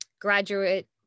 graduate